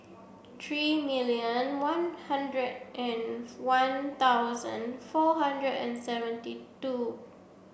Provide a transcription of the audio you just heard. thirty million one hundred and one thousand four hundred and seventy two